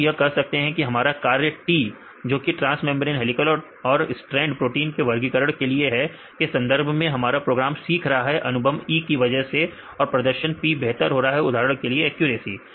तब हम यह कह सकते हैं हमारे कार्य T जो कि ट्रांस मेंब्रेन हेलीकल और स्टैंड प्रोटीन के वर्गीकरण के लिए है के संदर्भ में हमारा प्रोग्राम सीख रहा है अनुभव E की वजह से प्रदर्शन P बेहतर हो रहा है उदाहरण के लिए एक्यूरेसी